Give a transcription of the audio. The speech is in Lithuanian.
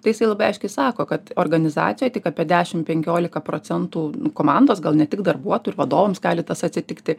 tai jisai labai aiškiai sako kad organizacijoj tik apie dešim penkiolika procentų komandos gal ne tik darbuotojų ir vadovams gali tas atsitikti